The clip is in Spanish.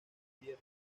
javier